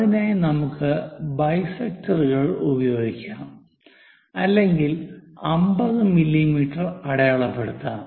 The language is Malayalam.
അതിനായി നമുക്ക് ബൈസെക്ടറുകൾ ഉപയോഗിക്കാം അല്ലെങ്കിൽ 50 മില്ലീമീറ്റർ അടയാളപ്പെടുത്താം